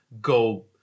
go